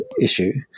issue